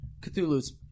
Cthulhu's